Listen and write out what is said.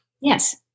Yes